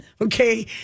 okay